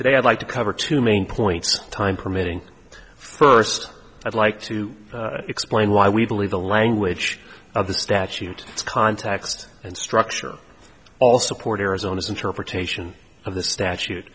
today i'd like to cover two main points time permitting first i'd like to explain why we believe the language of the statute its context and structure all support arizona's interpretation of the statute